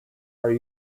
are